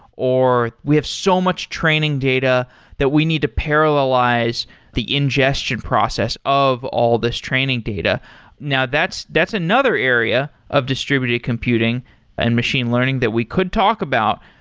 or we have so much training data that we need two parallelize the ingestion process of all this training data now that's that's another area of distributed computing and machine learning that we could talk about,